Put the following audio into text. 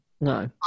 No